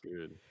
good